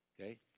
okay